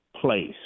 place